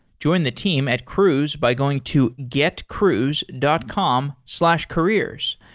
join the team at cruise by going to getcruise dot com slash careers.